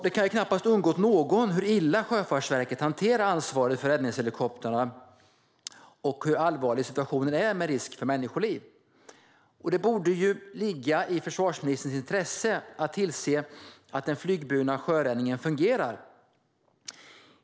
Det kan knappast ha undgått någon hur illa Sjöfartsverket hanterade ansvaret för räddningshelikoptrarna och hur allvarlig situationen är, med risk för människoliv. Det borde ligga i försvarsministerns intresse att tillse att den flygburna sjöräddningen fungerar.